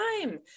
time